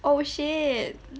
oh shit